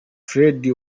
freddy